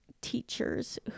teachers